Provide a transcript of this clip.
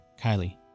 Kylie